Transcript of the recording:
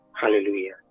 hallelujah